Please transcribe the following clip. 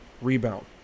rebound